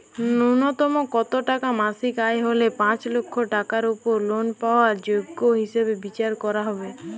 ন্যুনতম কত টাকা মাসিক আয় হলে পাঁচ লক্ষ টাকার উপর লোন পাওয়ার যোগ্য হিসেবে বিচার করা হবে?